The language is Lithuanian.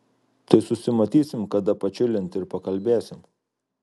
tai susimatysim kada pačilint ir pakalbėsim